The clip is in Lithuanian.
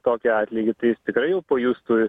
tokį atlygį tai jis tikrai jau pajustų